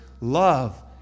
love